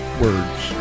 words